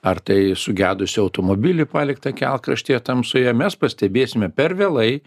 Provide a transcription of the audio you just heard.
ar tai sugedusį automobilį paliktą kelkraštyje tamsoje mes pastebėsime per vėlai